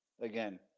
Again